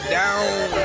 down